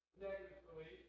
negatively